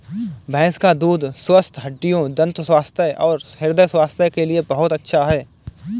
भैंस का दूध स्वस्थ हड्डियों, दंत स्वास्थ्य और हृदय स्वास्थ्य के लिए बहुत अच्छा है